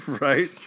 right